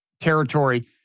territory